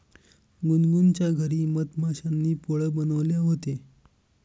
गुनगुनच्या घरी मधमाश्यांनी पोळं बनवले होते